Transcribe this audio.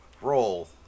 Roll